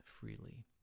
freely